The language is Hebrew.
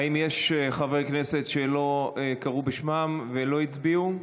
האם יש חברי כנסת שלא קראו בשמם ולא הצביעו?